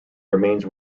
remains